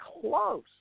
close